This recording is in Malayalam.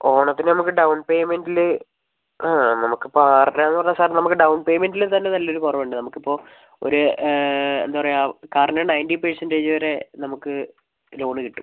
ഓണത്തിന് നമുക്ക് ഡൌൺ പേയ്മെൻറ്റില് ആ നമുക്കപ്പം ആരുടെയാന്ന് പറഞ്ഞാൽ സാർ നമുക്ക് ഡൌൺ പേയ്മെൻറ്റിൽ തന്നെ നല്ലൊരു കുറവുണ്ട് നമുക്കിപ്പം ഒരു എന്താ പറയാ കാറിന് നയൻറ്റി പെർസെൻറ്റേജ് വരെ നമുക്ക് ലോണ് കിട്ടും